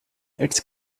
its